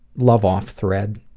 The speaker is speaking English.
love off thread.